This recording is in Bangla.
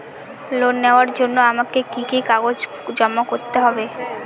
লোন নেওয়ার জন্য আমাকে কি কি কাগজ জমা করতে হবে?